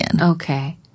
Okay